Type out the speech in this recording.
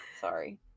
Sorry